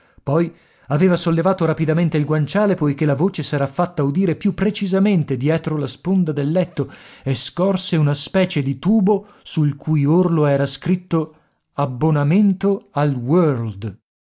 poi aveva sollevato rapidamente il guanciale poiché la voce s'era fatta udire più precisamente dietro la sponda del letto e scorse una specie di tubo sul cui orlo era scritto abbonamento al world